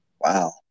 wow